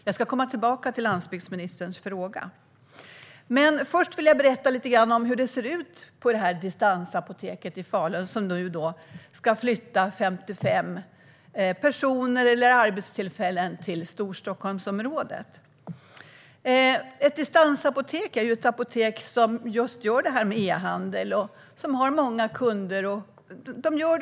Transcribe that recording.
Jag ska återkomma till landsbygdsministerns fråga, men först ska jag berätta lite hur det ser ut på distansapoteket i Falun, varifrån det nu ska flyttas 55 arbetstillfällen till Storstockholmsområdet. Ett distansapotek är ett apotek som sysslar med e-handel och har många kunder.